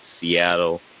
Seattle